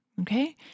Okay